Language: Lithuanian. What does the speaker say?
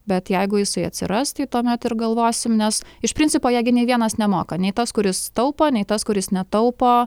bet jeigu jisai atsiras tai tuomet ir galvosim nes iš principo jie gi nei vienas nemoka nei tas kuris taupo nei tas kuris netaupo